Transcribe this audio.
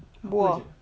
buah